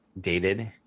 dated